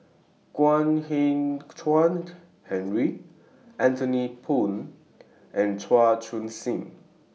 Kwek Hian Chuan Henry Anthony Poon and Chan Chun Sing